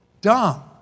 dumb